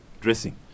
dressing